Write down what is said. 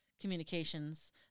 communications